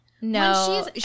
no